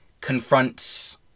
confronts